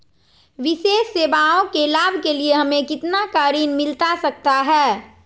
विशेष सेवाओं के लाभ के लिए हमें कितना का ऋण मिलता सकता है?